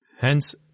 Hence